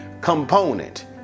component